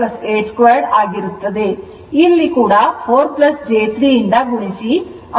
ಅಂತೆಯೇ ಇಲ್ಲಿ ಕೂಡ 4 j3 ರಿಂದ ಗುಣಿಸಿ ಅಂಶವನ್ನು ಭಾಗಿಸಿ